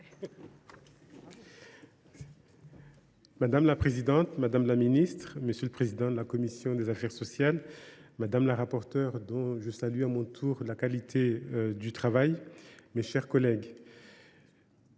Madame la présidente, madame la ministre, monsieur le président de la commission des affaires sociales, madame la rapporteure – je salue à mon tour la qualité de votre travail –, mes chers collègues,